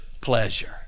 pleasure